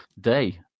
day